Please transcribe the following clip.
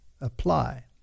apply